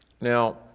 Now